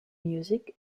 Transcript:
music